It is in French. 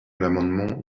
l’amendement